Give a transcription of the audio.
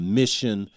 mission